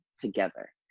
together